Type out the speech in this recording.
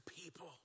people